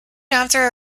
after